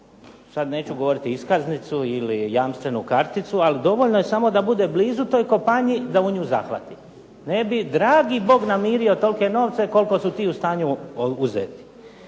sada govoriti iskaznicu ili jamstvenu karticu, ali dovoljno je da bude blizu toj kompaniji da u nju zahvati. Ne bi dragi Bog namirio tolike novce koliko su ti u stanju uzeti.